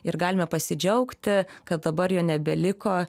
ir galime pasidžiaugti kad dabar jo nebeliko